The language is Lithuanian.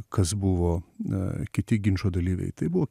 kas buvo kiti ginčo dalyviai tai buvo